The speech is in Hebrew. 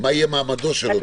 מה יהיה מעמדו של אותו אדם.